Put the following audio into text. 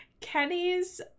kenny's